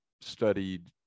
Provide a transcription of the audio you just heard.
studied